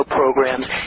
programs